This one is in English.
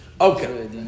Okay